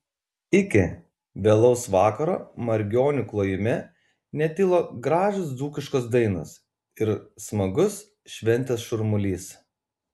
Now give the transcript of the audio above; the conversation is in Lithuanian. iki vėlaus vakaro margionių klojime netilo gražios dzūkiškos dainos ir smagus šventės šurmulys